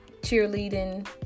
cheerleading